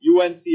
UNC